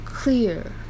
clear